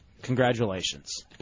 Congratulations